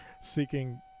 seeking